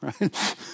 right